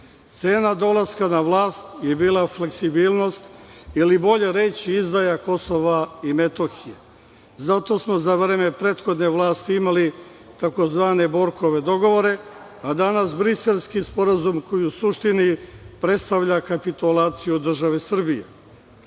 dolaska na vlast je bila fleksibilnost ili, bolje reći, izdaja Kosova i Metohije. Zato smo za vreme prethodne vlasti imali tzv. Borkove dogovore, a danas Briselski sporazum koji u suštini predstavlja kapitulaciju države Srbije. Inače,